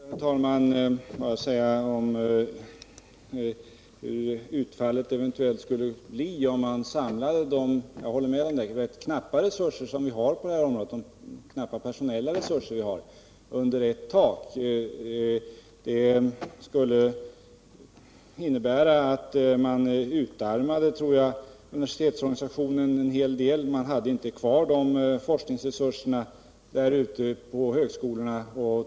Herr talman! Låt mig först ta upp vilket utfallet skulle bli om man samlade de — jag håller med om det — rätt knappa personella resurser vi har på detta område under ett tak. Det skulle innebära, tror jag, att man utarmade universitetsorganisationen. Man skulle då inte få kvar några forskningsresurser på detta område på högskolorna.